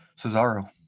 Cesaro